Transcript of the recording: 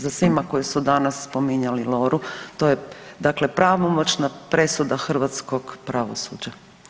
Za svima koji su danas spominjali Loru to je dakle pravomoćna presuda hrvatskog pravosuđa.